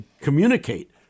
communicate